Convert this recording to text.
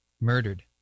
murdered